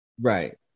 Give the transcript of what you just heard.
Right